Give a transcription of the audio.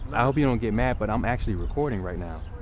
i hope you don't get mad, but i'm actually recording right now.